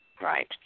right